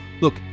Look